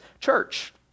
church